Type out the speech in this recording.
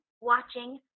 watching